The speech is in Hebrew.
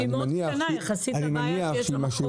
שהיא קטנה מאוד יחסית לבעיה שיש לנו.